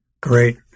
Great